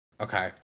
Okay